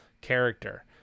character